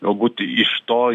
galbūt iš to